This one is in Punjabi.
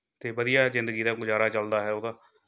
ਅਤੇ ਵਧੀਆ ਜ਼ਿੰਦਗੀ ਦਾ ਗੁਜ਼ਾਰਾ ਚੱਲਦਾ ਹੈ ਉਹਦਾ